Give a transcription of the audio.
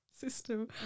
system